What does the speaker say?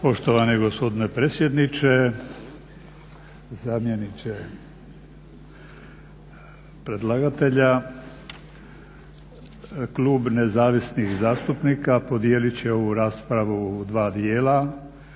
Poštovani gospodine predsjedniče, zamjeniče predlagatelja, Klub nezavisnih zastupnika podijelit će ovu raspravu u dva dijela.